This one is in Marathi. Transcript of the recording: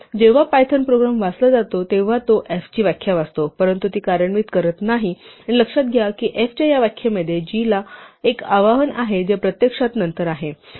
जेव्हा पायथन प्रोग्राम वाचला जातो तेव्हा तो f ची व्याख्या वाचतो परंतु ती कार्यान्वित करत नाही आणि लक्षात घ्या की f च्या या व्याख्येमध्ये g ला एक आवाहन आहे जे प्रत्यक्षात नंतर आहे